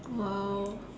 !wow!